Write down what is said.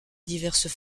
diverses